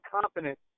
confident